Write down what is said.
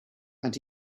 and